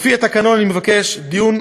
לפי התקנון אני מבקש דיון.